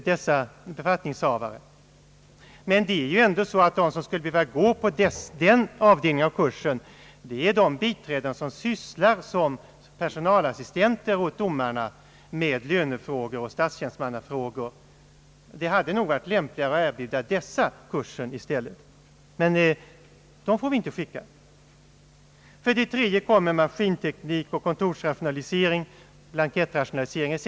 De som skulle behöva gå på den kursen är de biträden vilka som personalassistenter åt domaren sysslar med lönefrågor och statstjänstemannafrågor. Det hade nog varit lämpligare att erbjuda dessa att gå på kursen, men dem får vi inte skicka. I tredje avdelningen kommer maskinteknik, kontorsrationalisering, blankettrationalisering etc.